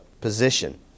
position